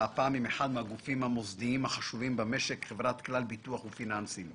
והפעם עם אחד מהגופים המוסדיים החשובים במשק חברת כלל ביטוח ופיננסים.